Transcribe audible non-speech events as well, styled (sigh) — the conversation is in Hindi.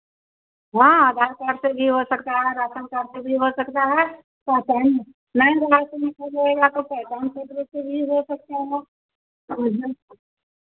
हाँ आधार कार्ड से भी हो सकता हे राशन कार्ड से भी हो सकता है (unintelligible) तो पहचान पत्र से भी हो सकता है (unintelligible)